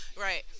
Right